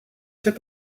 fait